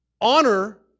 honor